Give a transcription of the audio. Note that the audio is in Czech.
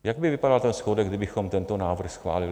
Jak by vypadal ten schodek, kdybychom tento návrh schválili?